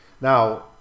Now